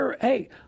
Hey